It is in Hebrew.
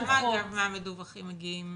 כמה מהמדווחים מגיעים